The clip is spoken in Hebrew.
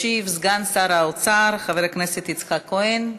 ישיב סגן שר האוצר חבר הכנסת יצחק כהן.